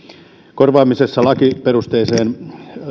korvaamisessa lakiperusteiseen